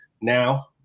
now